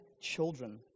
children